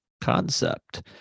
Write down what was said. concept